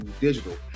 digital